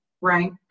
right